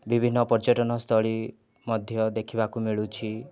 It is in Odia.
ବିଭିନ୍ନ ପର୍ଯ୍ୟଟନସ୍ଥଳୀ ମଧ୍ୟ ଦେଖିବାକୁ ମିଳୁଛି